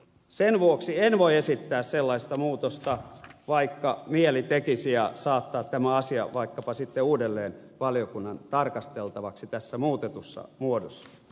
sen vuoksi en voi esittää sellaista muutosta vaikka mieli tekisi ja saattaa tätä asiaa vaikkapa sitten uudelleen valiokunnan tarkasteltavaksi tässä muutetussa muodossa